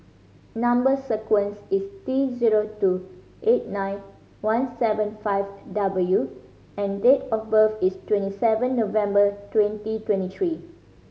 number sequence is T zero two eight nine one seven five W and date of birth is twenty seven November twenty twenty three